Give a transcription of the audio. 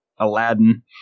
aladdin